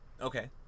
Okay